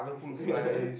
yeah